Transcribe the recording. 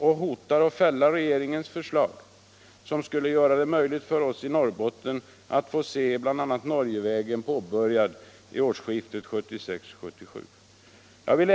Det hotar att fälla regeringens förslag som skulle göra det möjligt för oss i Norrbotten att få se byggstart av bl.a. Norgevägen vid årsskiftet 1976-1977.